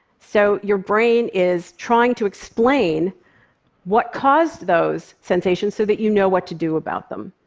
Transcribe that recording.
so your brain is trying to explain what caused those sensations so that you know what to do about them.